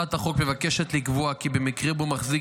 הצעת החוק מבקשת לקבוע כי במקרה שבו מחזיק